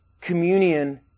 communion